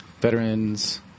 veterans